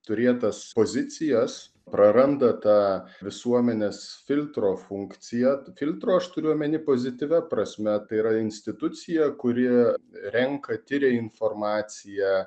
turėtas pozicijas praranda tą visuomenės filtro funkciją filtro aš turiu omeny pozityvia prasme tai yra institucija kuri renka tiria informaciją